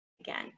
again